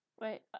Wait